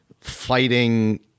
fighting